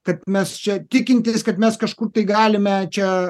kad mes čia tikintys kad mes kažkur tai galime čia